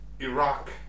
Iraq